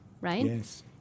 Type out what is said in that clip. right